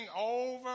over